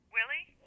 Willie